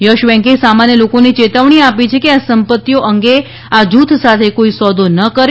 yes બેન્કે સામાન્ય લોકોને ચેતવણી આપી છે કે આ સંપતિઓ અંગે આ જૂથ સાથે કોઇ સોદો ન કરે